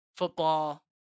football